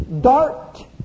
dart